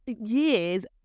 years